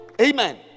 Amen